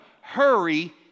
hurry